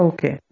Okay